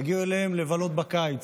יגיעו אליהם לבלות בקיץ,